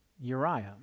Uriah